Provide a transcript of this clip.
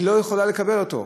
היא לא יכולה לקבל אותו.